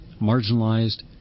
marginalized